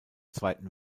zweiten